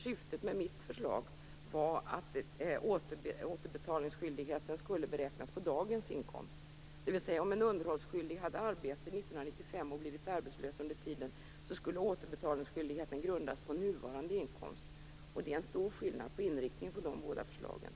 Syftet med mitt förslag var att återbetalningsskyldigheten skulle beräknas på dagens inkomst, dvs. om en underhållsskyldig hade arbete 1995 och sedan blivit arbetslös skulle återbetalningsskyldigheten grundas på nuvarande inkomst. Och det är en stor skillnad på inriktningen på de båda förslagen.